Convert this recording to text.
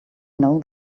know